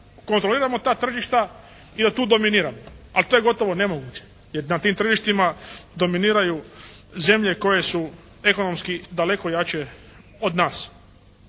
kontroliramo ta tržišta i da tu dominiramo. Ali to je gotovo nemoguće. Jer na tim tržištima dominiraju zemlje koje su ekonomski daleko jače od nas.